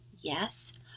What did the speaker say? yes